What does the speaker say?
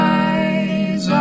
eyes